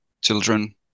children